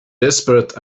desperate